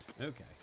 Okay